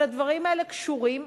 אבל הדברים האלה קשורים.